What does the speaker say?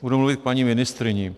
Budu mluvit k paní ministryni.